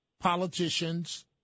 politicians